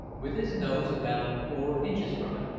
with his nose about four inches from it,